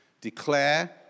declare